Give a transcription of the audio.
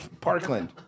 parkland